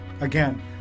Again